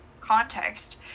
context